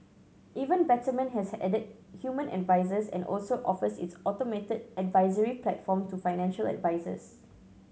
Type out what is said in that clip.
even Betterment has added human advisers and also offers its automated advisory platform to financial advisers